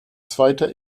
zweiter